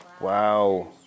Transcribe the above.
Wow